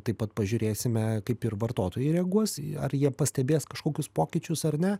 taip pat pažiūrėsime kaip ir vartotojai reaguos į ar jie pastebės kažkokius pokyčius ar ne